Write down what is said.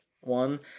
one